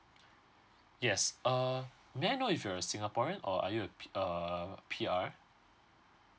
yes uh may I know if you're singaporean or are you err P_R